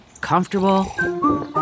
Comfortable